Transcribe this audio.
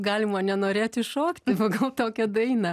galima nenorėti šokti pagal tokią dainą